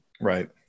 Right